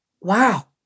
wow